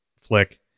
flick